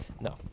No